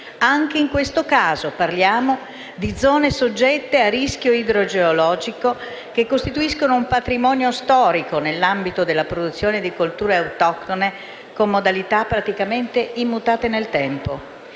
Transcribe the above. Anche in questo caso parliamo di zone soggette a rischio idrogeologico, che costituiscono un patrimonio storico nell'ambito della produzione di colture autoctone con modalità praticamente immutate nel tempo.